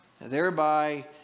thereby